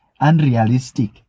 unrealistic